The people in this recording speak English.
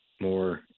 more